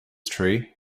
tree